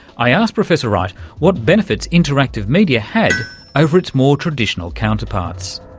i asked professor wright what benefits interactive media had over its more traditional counterparts.